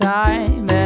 time